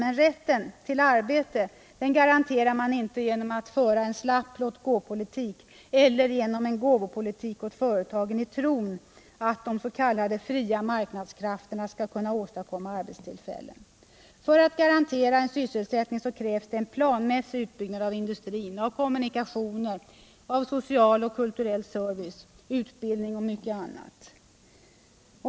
Men rätten till arbete garanterar man inte genom en slapp låtgåpolitik eller genom en gåvopolitik åt företagen i tron att de s.k. fria marknadskrafterna skall åstadkomma arbetstillfällen. För att garantera en sysselsättning krävs en planmässig utbyggnad av industri, kommunikationer, social och kulturell service, utbildning och mycket annat.